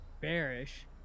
bearish